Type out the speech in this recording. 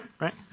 right